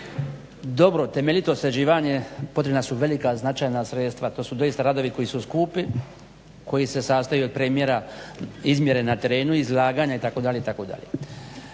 dobro temeljito sređivanje potrebna su velika značajna sredstva. To su doista radovi koji su skupi, koji se sastoje primjera izmjene na terenu, izlaganja itd.,